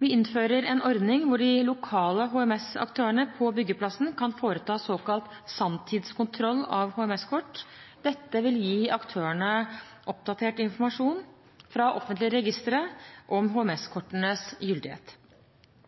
Vi innfører en ordning hvor de lokale HMS-aktørene på byggeplassen kan foreta såkalt sanntidskontroll av HMS-kort. Dette vil gi aktørene oppdatert informasjon fra offentlige registre om HMS-kortenes gyldighet.